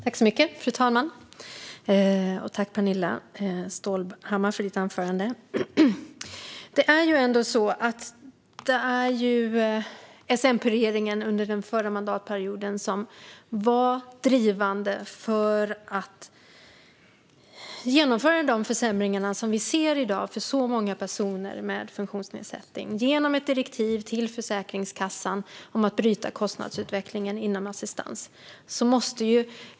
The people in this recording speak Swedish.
Fru talman! Tack, Pernilla Stålhammar, för ditt anförande! Det var ju ändå S-MP-regeringen under den förra mandatperioden som var drivande i att genomföra de försämringar som vi i dag ser för väldigt många personer med funktionsnedsättning, genom ett direktiv till Försäkringskassan om att bryta kostnadsutvecklingen inom assistans.